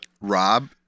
Rob